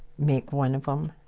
make one of them.